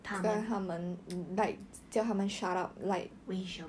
他们为什么